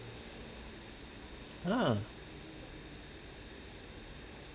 ah